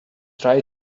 try